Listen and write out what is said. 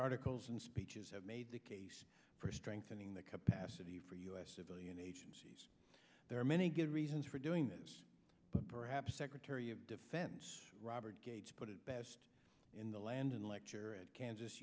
articles and speeches have made the case for strengthening the capacity for u s civilian agencies there are many good reasons for doing this but perhaps secretary of defense robert gates put it best in the landon lecture at kansas